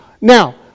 Now